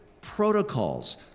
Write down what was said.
protocols